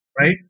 right